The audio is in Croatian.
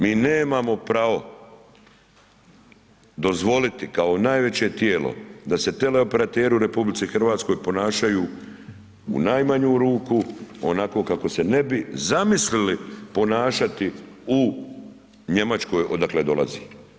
Mi nemamo pravo dozvoliti kao najveće tijelo, da se teleoperateri u RH ponašaju u najmanju ruku onako kako se ne bi zamislili ponašati u Njemačkoj, odakle dolazi.